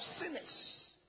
sinners